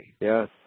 Yes